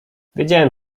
wiedziałem